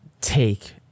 take